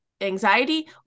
anxiety